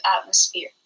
atmosphere